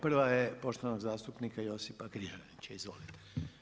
Prva je poštovanog zastupnika Josipa Križanića, izvolite.